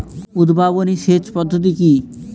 উদ্ভাবনী সেচ পদ্ধতি কি?